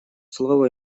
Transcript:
слово